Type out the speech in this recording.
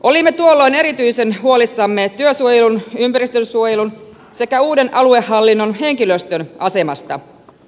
olimme tuolloin erityisen huolissamme työsuojelun ympäristönsuojelun sekä uuden aluehallinnon henkilöstön asemasta